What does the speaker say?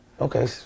Okay